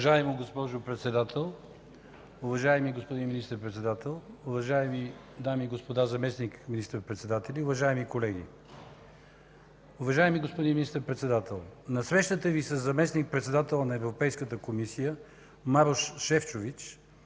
Уважаема госпожо Председател, уважаеми господин Министър-председател, уважаеми дами и господа заместник министър-председатели, уважаеми колеги! Уважаеми господин Министър-председател, на срещата Ви със заместник-председателя на Европейската комисия Марош Шефчович